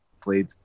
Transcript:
played